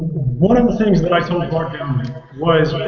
one of the things that i told bart gellman was when